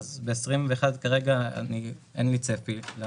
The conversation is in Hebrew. ב-21' כרגע אין לי צפי.